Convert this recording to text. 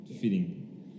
Fitting